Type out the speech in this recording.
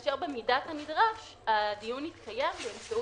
כאשר במידת הנדרש הדיון יתקיים באמצעות